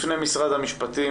לפני משרד המשפטים,